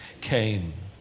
came